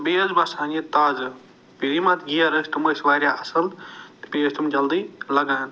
بیٚیہِ ٲس باسان یہِ تازٕ یِم اتھ گیر ٲسۍ تِم ٲسۍ وارِیاہ اصٕل بیٚیہِ ٲسۍ تِم جلدی لَگان